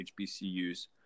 HBCUs